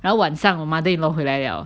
然后晚上我 mother-in-law 回来 liao